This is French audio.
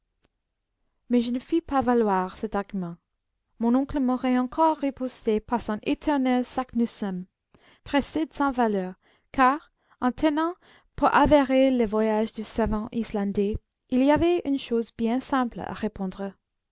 mais je ne fis pas valoir cet argument mon oncle m'aurait encore riposté par son éternel saknussemm précédent sans valeur car en tenant pour avéré le voyage du savant islandais il y avait une chose bien simple à répondre